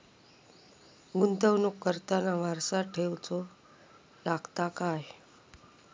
गुंतवणूक करताना वारसा ठेवचो लागता काय?